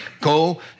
go